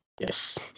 Yes